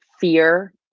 fear